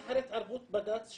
רק אחרי התערבות בג"ץ,